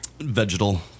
vegetal